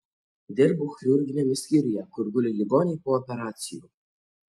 dirbau chirurginiame skyriuje kur guli ligoniai po operacijų